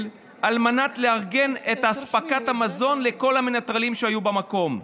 כדי לארגן את אספקת המזון לכל המנטרלים שהיו במקום.